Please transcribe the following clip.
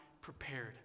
prepared